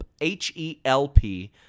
H-E-L-P